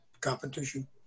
competition